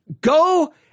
go